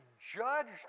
judged